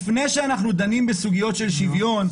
לפני שאנחנו דנים בסוגיות של שוויון,